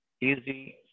easy